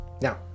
now